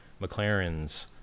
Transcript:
McLarens